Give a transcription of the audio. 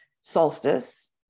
solstice